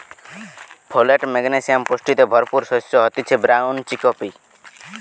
folate, magnesium পুষ্টিতে ভরপুর শস্য হতিছে ব্রাউন চিকপি